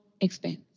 expense